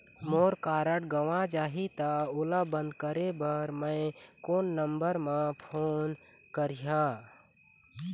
मोर card गंवा जाही त ओला बंद करें बर मैं कोन नंबर म फोन करिह?